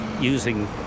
using